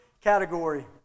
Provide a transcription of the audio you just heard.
category